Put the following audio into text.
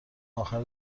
اخر